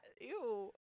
Ew